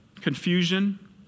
confusion